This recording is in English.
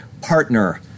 partner